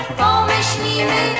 pomyślimy